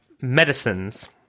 medicines